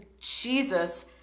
Jesus